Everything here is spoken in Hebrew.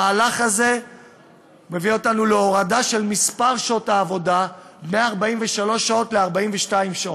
המהלך הזה מביא אותנו להורדה של מספר שעות העבודה מ-43 שעות ל-42 שעות.